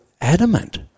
adamant